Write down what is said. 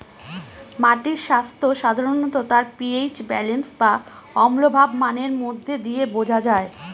মাটির স্বাস্থ্য সাধারনত তার পি.এইচ ব্যালেন্স বা অম্লভাব মানের মধ্যে দিয়ে বোঝা যায়